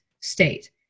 state